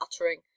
uttering